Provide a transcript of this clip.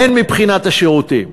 הן מבחינת השירותים.